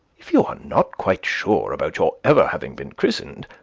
if you are not quite sure about your ever having been christened,